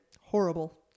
Horrible